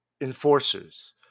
enforcers